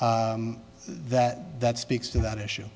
that that speaks to that issue